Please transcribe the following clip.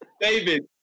David